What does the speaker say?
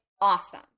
awesome